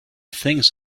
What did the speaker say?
things